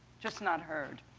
just not heard.